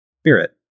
Spirit